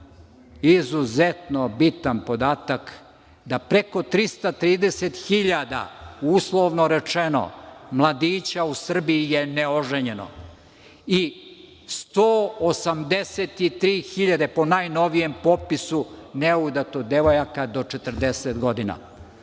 izuzetno bitan podatak, da preko 330 hiljada, uslovno rečeno, mladića u Srbiji je neoženjeno i 183 hiljade, po najnovijem popisu, neudato devojaka do 40 godina. Sad,